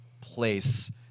place